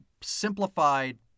simplified